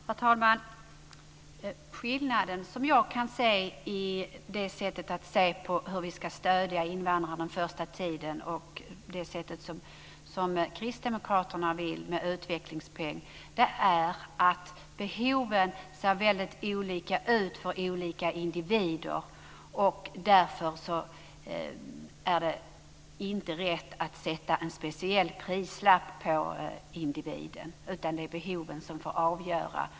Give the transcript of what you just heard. Herr talman! Det är skillnad mellan vårt sätt att se på hur vi ska stödja invandrarna den första tiden och kristdemokraternas förslag om utvecklingspeng. Det beror på att behoven ser väldigt olika ut för olika individer. Därför tycker vi inte att det är rätt att sätta en speciell prislapp på individen, utan det måste vara behoven som får avgöra.